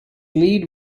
lead